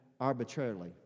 arbitrarily